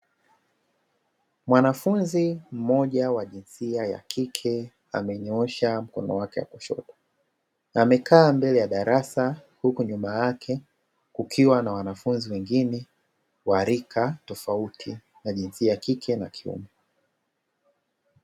Mwanafunzi mmoja wa jinsia ya kike amenyoosha mkono wake wa kushoto, amekaa mbele ya darasa huku nyuma yake kukiwa na wanafunzi wengine wa rika tofauti wa jinsia ya kike na kiume.